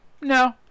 no